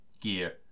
gear